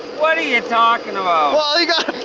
what are ya talking about? well, you got